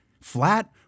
Flat